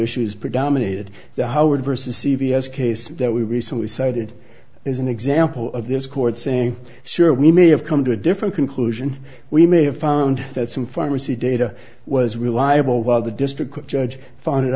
issues predominated the howard versus c v s case that we recently cited is an example of this court saying sure we may have come to a different conclusion we may have found that some pharmacy data was reliable while the district judge found